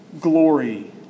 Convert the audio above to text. glory